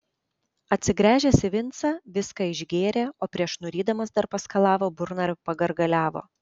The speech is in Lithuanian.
atsigręžęs į vincą viską išgėrė o prieš nurydamas dar paskalavo burną ir pagargaliavo